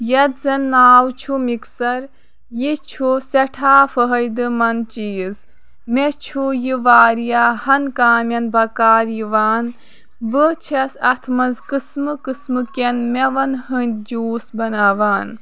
یَتھ زَن ناو چھُ مِکسر یہِ چھُ سٮ۪ٹھاہ فٲیدٕ منٛد چیٖز مےٚ چھُ یہِ واریاہَن کامین بکار یِوان بہٕ چھَس اَتھ منٛز قٕسمہٕ قٕسمہٕ کٮ۪ن میون ہٕنٛدۍ جوٗس بَناوان